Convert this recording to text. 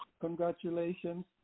congratulations